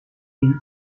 been